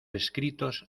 escritos